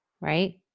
right